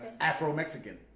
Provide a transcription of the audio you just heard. Afro-Mexican